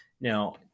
Now